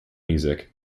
music